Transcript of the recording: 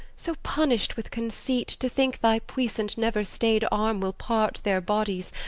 so punish'd with conceit, to think thy puissant never-stayed arm will part their bodies,